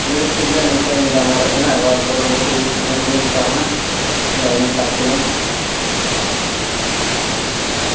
ᱵᱮᱥ ᱴᱷᱤᱠᱜᱮᱭᱟ ᱤᱱᱠᱟᱹᱜᱤᱧ ᱜᱟᱞᱢᱟᱨᱟᱜ ᱠᱟᱱᱟ ᱟᱨᱦᱚᱸ ᱯᱚᱨᱚᱵᱚᱨᱛᱤ ᱨᱤᱧ ᱯᱷᱳᱱᱟ ᱦᱟᱸᱜ ᱞᱟᱭᱤᱱᱮᱢ ᱥᱟᱵ ᱛᱤᱧᱟᱹ